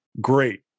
great